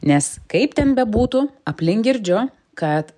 nes kaip ten bebūtų aplink girdžiu kad